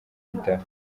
bitaro